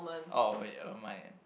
okay never mind